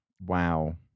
Wow